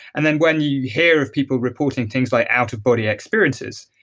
and then when you hear of people reporting things like out of body experiences,